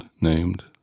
named